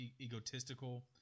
egotistical